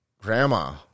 grandma